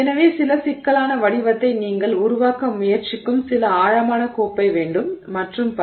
எனவே சில சிக்கலான வடிவத்தை நீங்கள் உருவாக்க முயற்சிக்கும் சில ஆழமான கோப்பை வேண்டும் மற்றும் பல